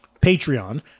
Patreon